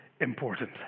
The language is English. important